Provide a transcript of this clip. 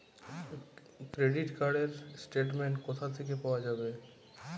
Credit card র statement কোথা থেকে পাওয়া যাবে?